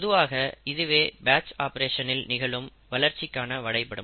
பொதுவாக இதுவே பேட்ச் ஆப்பரேஷனில் நிகழும் வளர்ச்சிக்கான வரைபடம்